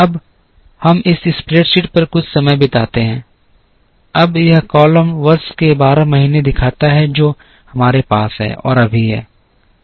अब हम इस स्प्रेडशीट पर कुछ समय बिताते हैं अब यह कॉलम वर्ष के 12 महीने दिखाता है जो हमारे पास है और अभी है